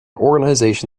organization